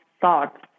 thoughts